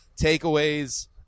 takeaways